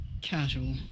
Casual